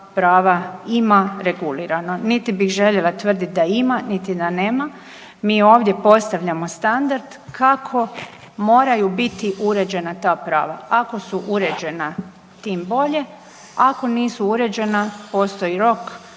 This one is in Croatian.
prava ima regulirana, niti bih željela tvrdit da ima, niti da nema. Mi ovdje postavljamo standard kako moraju biti uređena ta prava, ako su uređena tim bolje, ako nisu uređena postoji rok